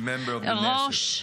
ראש